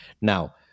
Now